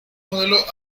modelo